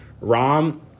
Rom